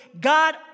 God